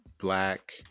black